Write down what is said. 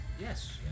Yes